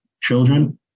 children